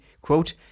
quote